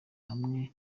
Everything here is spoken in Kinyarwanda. hamwe